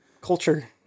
culture